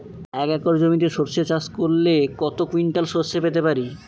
এক একর জমিতে সর্ষে চাষ করলে কত কুইন্টাল সরষে পেতে পারি?